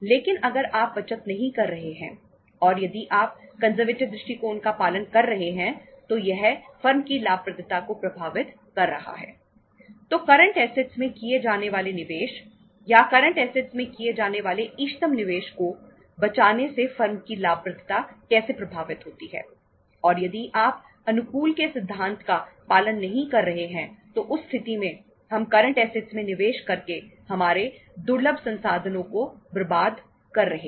लेकिन अगर आप बचत नहीं कर रहे हैं और यदि आप कंजरवेटिव में निवेश करके हमारे दुर्लभ संसाधनों को बर्बाद कर रहे हैं